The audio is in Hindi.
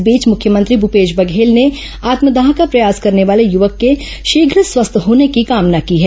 इस बीच मुख्यमंत्री भूपेश बघेल ने आत्मदाह का प्रयास करने वाले युवक के शीघ्र स्वस्थ होने की कामना की है